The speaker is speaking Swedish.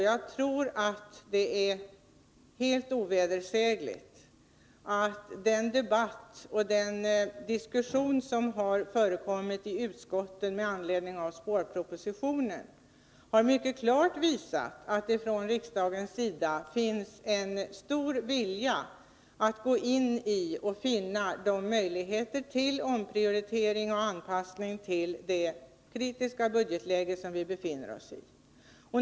Jag tror att det är helt ovedersägligt att den debatt och de diskussioner som förekommit i utskotten med anledning av sparpropositionen mycket klart har visat att det från riksdagens sida finns stor vilja att finna möjligheter till omprioritering och anpassning till det kritiska budgetläge som vi befinner oss i.